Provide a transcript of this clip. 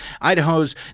Idaho's